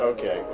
Okay